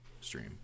stream